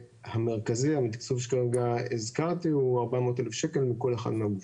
400,000 שקל מכל אחד מהגופים.